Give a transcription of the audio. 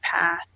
path